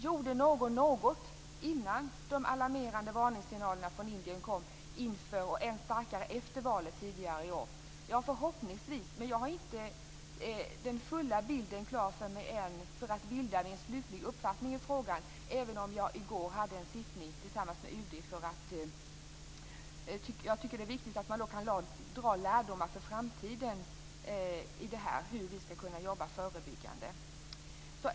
Gjorde någon något innan de alarmerande varningssignalerna från Indien kom, inför och än starkare efter valet tidigare i år? Förhoppningsvis skedde det, men jag har inte den fulla bilden klar för mig och har inte skapat mig en slutlig uppfattning i frågan, trots att jag i går deltog i ett möte tillsammans med UD. Det är viktigt att vi kan dra lärdomar inför framtiden av detta när det gäller att jobba förebyggande.